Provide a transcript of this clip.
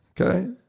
Okay